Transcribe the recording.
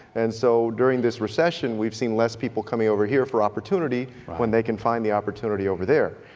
and so during this recession we've seen less people coming over here for opportunity when they can find the opportunity over there.